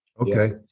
okay